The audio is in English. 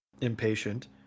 impatient